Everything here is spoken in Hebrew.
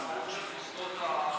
זה קשור לעצמאות של מוסדות ההשכלה הגבוהה.